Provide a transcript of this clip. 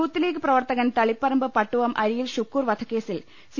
youth league പ്രവർത്തകൻ തളിപ്പറമ്പ് പട്ടുവം അരിയിൽ ഷുക്കൂർ വധക്കേസിൽ C